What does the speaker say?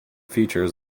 features